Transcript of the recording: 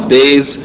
days